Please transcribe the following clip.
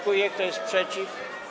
Kto jest przeciw?